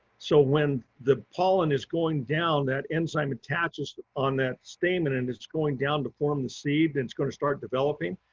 so when the pollen is going down, that enzyme attaches on that stamen and it's going down to form the seed, then it's going to start developing.